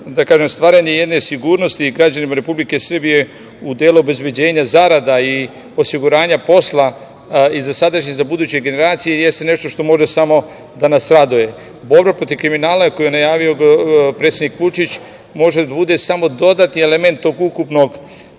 stvaranje jedne sigurnost građanima Republike Srbije u delu obezbeđenja zarada i osiguranja posla za sadašnje i buduće generacije, jeste nešto što može samo da nas raduje. Borba protiv kriminala koju je najavio predsednik Vučić može da bude samo dodatni element tog ukupnog